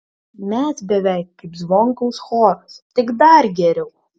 mes beveik kaip zvonkaus choras tik dar geriau